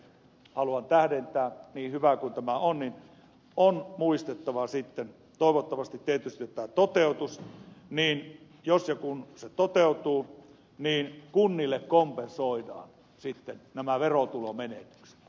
haluan tähdentää niin hyvä kuin tämä on että on muistettava sitten toivottavasti tietysti tämä toteutuisi ja jos ja kun se toteutuu että kunnille kompensoidaan sitten nämä verotulomenetykset